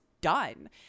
done